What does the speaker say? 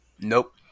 Nope